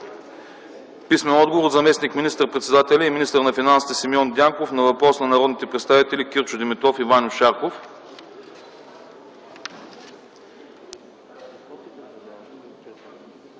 Писмените отговори: - от заместник министър-председателя и министър на финансите Симеон Дянков на въпрос от народните представители Кирчо Димитров и Ваньо Шарков;